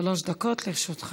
בבקשה, שלוש דקות לרשותך.